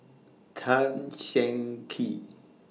Tan Cheng Kee